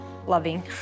Loving